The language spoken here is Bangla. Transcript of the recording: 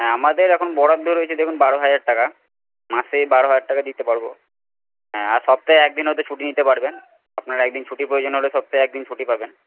হ্যাঁ আমাদের এখন বরাদ্দ রয়েছে দেখুন বারো হাজার টাকা মাসে বারো হাজার টাকা দিতে পারব হ্যাঁ আর সপ্তাহে একদিন হয়ত ছুটি নিতে পারবেন আপনার একদিন ছুটি প্রয়োজন হলে সপ্তাহে একদিন ছুটি পাবেন